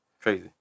Crazy